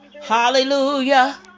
Hallelujah